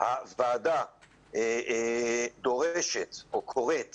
הוועדה דורשת או קוראת